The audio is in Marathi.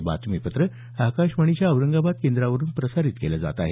हे बातमीपत्र आकाशवाणीच्या औरंगाबाद केंद्रावरून प्रसारित केलं जात आहे